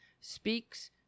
speaks